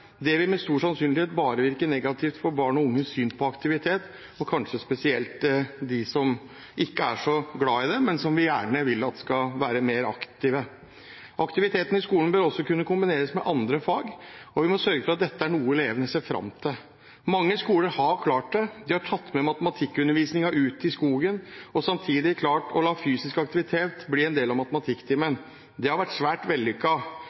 Det vil med stor sannsynlighet bare virke negativt for barn og unges syn på aktivitet, og kanskje spesielt for dem som ikke er så glad i det, men som vi gjerne vil at skal være mer aktive. Aktiviteten i skolen bør også kunne kombineres med andre fag, og vi må sørge for at dette er noe elevene ser fram til. Mange skoler har klart det, de har tatt med matematikkundervisningen ut i skogen og samtidig klart å la fysisk aktivitet bli en del av matematikktimen. Det har vært svært